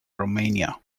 romania